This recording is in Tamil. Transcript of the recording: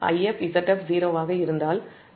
IfZf 0 ஆக இருந்தால் 3Zf சொல் இருக்காது